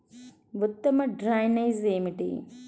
ఉత్తమ డ్రైనేజ్ ఏమిటి?